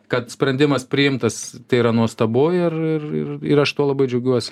kad sprendimas priimtas tai yra nuostabu ir ir ir ir aš tuo labai džiaugiuosi